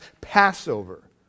Passover